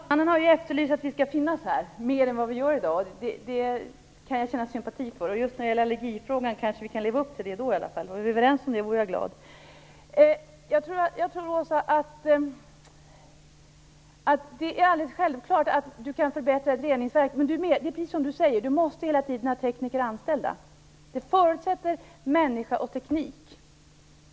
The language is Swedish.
Herr talman! Talmannen har efterlyst att vi skall finnas här mer än vad vi gör. Det kan jag känna sympati för. Vi kanske i alla fall kan leva upp till det när det gäller just allergifrågorna. Vore vi överens om det skulle jag vara glad. Självklart kan man förbättra ett reningsverk, Åsa Stenberg. Men man måste, precis som Åsa Stenberg säger, hela tiden ha tekniker anställda. Det förutsätter människa och teknik.